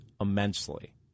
immensely